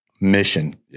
mission